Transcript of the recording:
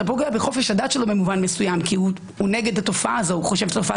אתה פוגע בחופש הדת שלו במובן מסוים כי הוא נגד התופעה הזאת.